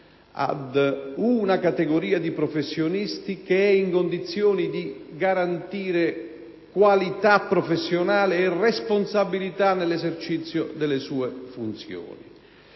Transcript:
ad una categoria di professionisti che è in condizione di garantire qualità professionali e responsabilità nell'esercizio delle proprie funzioni.